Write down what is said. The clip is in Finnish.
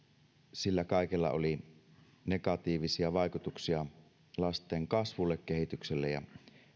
sillä kaikella oli negatiivisia vaikutuksia lasten kasvulle kehitykselle ja